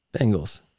Bengals